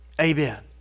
Amen